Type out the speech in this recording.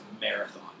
marathon